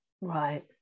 Right